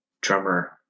drummer